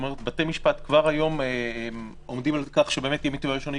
בתי משפט כבר היום עומדים על כך שיהיה ביטוי ראשוני,